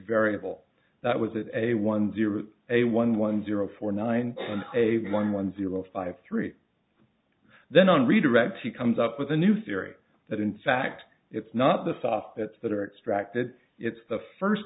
variable that was it a one zero a one one zero four nine a one one zero five three then on redirect he comes up with a new theory that in fact it's not the soft that's that are extracted it's the first